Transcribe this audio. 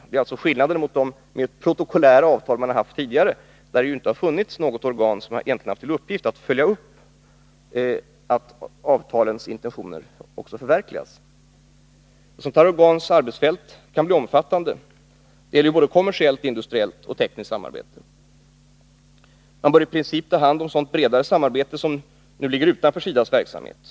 Det är alltså skillnaden i förhållande till de mer protokollära avtal som man tidigare har haft, där det inte har funnits något organ som haft till uppgift att följa upp att avtalens intentioner också förverkligas. Ett sådant här organs arbetsfält kan bli omfattande. Det gäller ju kommersiellt, industriellt och tekniskt samarbete. Organet bör i princip ta hand om sådant bredare samarbete som nu ligger utanför SIDA:s verksamhet.